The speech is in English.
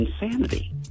insanity